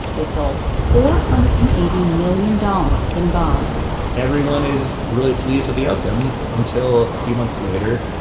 they sold four hundred and eighty million dollars in bonds everyone is really pleased with the outcome until a few months later.